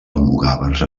almogàvers